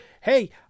hey